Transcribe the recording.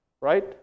right